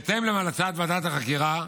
בהתאם להמלצת ועדת החקירה,